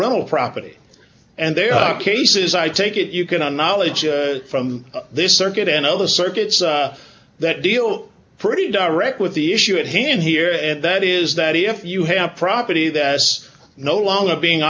rental property and there are cases i take it you can on knowledge from this circuit and other circuits that deal pretty direct with the issue at hand here and that is that if you have property that it's no longer being